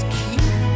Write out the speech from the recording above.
keep